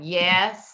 yes